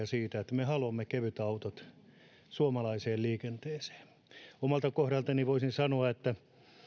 siitä että me haluamme kevytautot suomalaiseen liikenteeseen omalta kohdaltani voisin sanoa että